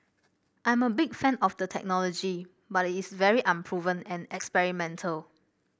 I am a big fan of the technology but it is very unproven and experimental